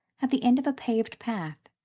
at the end of a paved path,